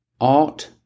Art